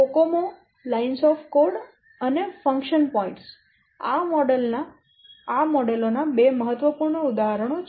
COCOMO કોડની લાઇનો COCOMO અને ફંક્શન પોઇન્ટ્સ આ મોડેલો ના બે મહત્વપૂર્ણ ઉદાહરણો છે